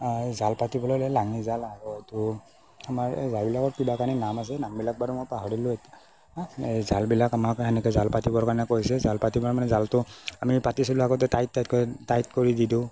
জাল পাতিবলৈ হ'লে লাঙিজাল আৰু এইটো আমাৰ এই জালবিলাকৰ লগত কিবাকানি নাম আছে নামবিলাক বাৰু মই পাহৰিলোঁৱেই এতিয়া এই জালবিলাক আমাক সেনেকৈ জাল পাতিবৰ কাৰণে কৈছে জাল পাতি মানে জালটো আমি পাতিছিলোঁ আগতে টাইট টাইটকে টাইট কৰি দিলোঁ